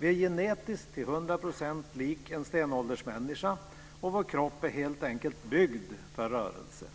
Vi är genetiskt till hundra procent lika en stenåldersmänniska, och våra kroppar är helt enkelt byggda för rörelse.